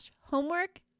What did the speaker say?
homework